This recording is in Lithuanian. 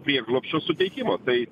prieglobsčio suteikimo tai